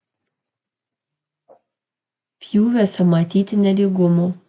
pjūviuose matyti nelygumų